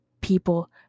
people